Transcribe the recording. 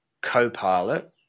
Copilot